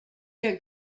your